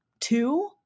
Two